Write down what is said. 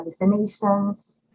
hallucinations